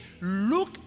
look